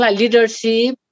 leadership